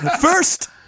First